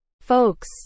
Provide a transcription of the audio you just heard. Folks